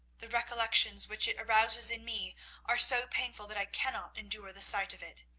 the recollections which it arouses in me are so painful that i cannot endure the sight of it.